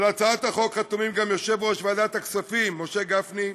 על הצעת החוק חתומים גם יושב-ראש ועדת הכספים משה גפני,